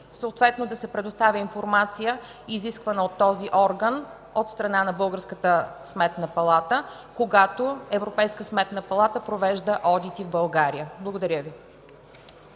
съответно да се предоставя информация, изисквана от този орган от страна на българската Сметна палата, когато европейската Сметна палата провежда одити в България? Благодаря Ви.